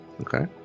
Okay